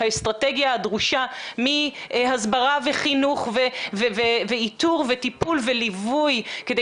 האסטרטגיה הדרושה מהסברה וחינוך ואיתור וטיפול וליווי כדי